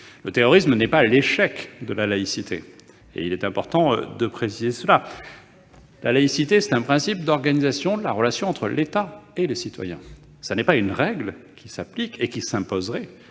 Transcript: Le terrorisme n'est pas l'échec de la laïcité. Il importe de bien le préciser. La laïcité, c'est un principe d'organisation de la relation entre l'État et les citoyens. Il ne s'agit pas d'une règle qui s'applique et qui s'imposerait